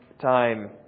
time